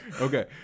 Okay